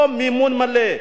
לא, מימון מלא.